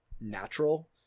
natural